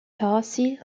tarsi